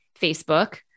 Facebook